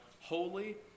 holy